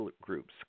groups